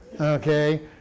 Okay